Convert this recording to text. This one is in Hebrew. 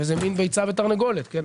וזה מן ביצה ותרנגולת, כן?